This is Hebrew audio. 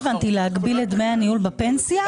לא הבנתי, להגביל את דמי הניהול בפנסיה?